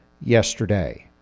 yesterday